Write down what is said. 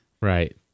Right